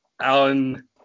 Alan